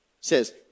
says